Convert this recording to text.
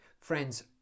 friends